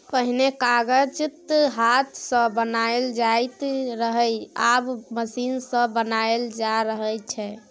पहिने कागत हाथ सँ बनाएल जाइत रहय आब मशीन सँ बनाएल जा रहल छै